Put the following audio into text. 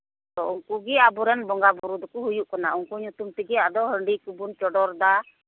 ᱟᱫᱚ ᱩᱱᱠᱩᱜᱮ ᱟᱵᱚ ᱨᱮᱱ ᱵᱚᱸᱜᱟᱼᱵᱩᱨᱩ ᱫᱚᱠᱚ ᱦᱩᱭᱩᱜ ᱠᱟᱱᱟ ᱩᱱᱠᱩ ᱧᱩᱛᱩᱢ ᱛᱮᱜᱮ ᱟᱫᱚ ᱦᱟᱺᱰᱤ ᱠᱚᱵᱚᱱ ᱪᱚᱰᱚᱨᱫᱟ